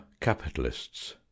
capitalists